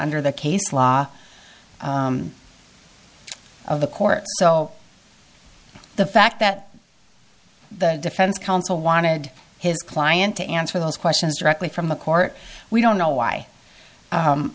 under the case law of the court so the fact that the defense counsel wanted his client to answer those questions directly from the court we don't know why